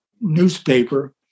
newspaper